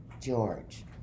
George